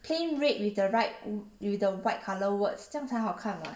plain red with the right w~ with the white color words 这样才好看 [what]